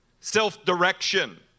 self-direction